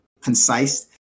concise